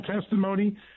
testimony